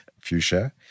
Fuchsia